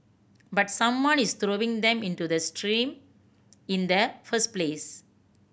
but someone is throwing them into the stream in the first place